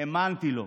האמנתי לו.